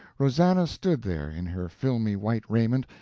rosannah stood there, in her filmy white raiment,